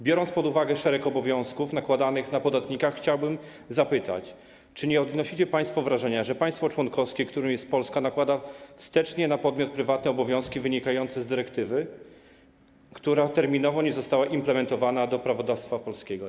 Biorąc pod uwagę szereg obowiązków nakładanych na podatnika, chciałbym zapytać, czy nie odnosicie państwo wrażenia, że państwo członkowskie, którym jest Polska, nakłada wstecznie na podmiot prywatny obowiązki wynikające z dyrektywy, która terminowo nie została implementowana do prawodawstwa polskiego.